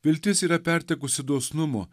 viltis yra pertekusi dosnumo